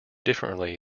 differently